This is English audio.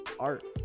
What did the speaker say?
art